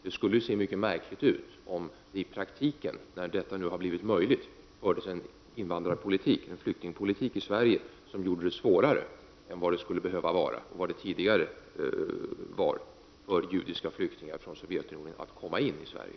Det skulle se mycket märkligt ut om vi nu i praktiken, när detta har blivit möjligt, förde en flyktingpolitik i Sverige som gjorde det svårare än vad det skall behöva vara eller vad det tidigare var för judiska flyktingar från Sovjetunionen att komma in i Sverige.